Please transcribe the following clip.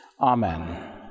Amen